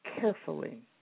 carefully